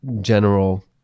general